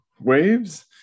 waves